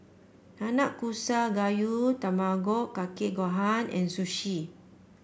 Nanakusa Gayu Tamago Kake Gohan and Sushi